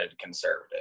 conservative